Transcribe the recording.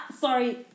Sorry